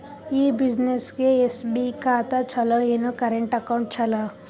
ಈ ಬ್ಯುಸಿನೆಸ್ಗೆ ಎಸ್.ಬಿ ಖಾತ ಚಲೋ ಏನು, ಕರೆಂಟ್ ಅಕೌಂಟ್ ಚಲೋ?